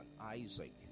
Isaac